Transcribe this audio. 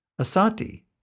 Asati